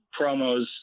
promos